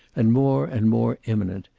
and more and more imminent,